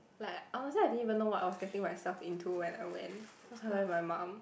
like honestly I didn't even know what I was getting myself into when I went cause I went with my mum